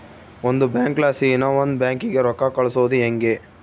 ಒಂದು ಬ್ಯಾಂಕ್ಲಾಸಿ ಇನವಂದ್ ಬ್ಯಾಂಕಿಗೆ ರೊಕ್ಕ ಕಳ್ಸೋದು ಯಂಗೆ